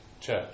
church